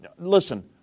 listen